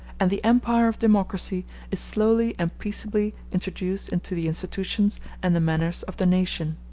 and the empire of democracy is slowly and peaceably introduced into the institutions and the manners of the nation.